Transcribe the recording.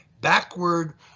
backward